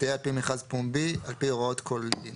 תהא על פי מכרז פומבי על פי הוראות כל דין".